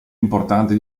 importanti